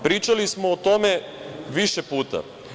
Pričali smo o tome više puta.